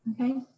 Okay